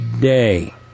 day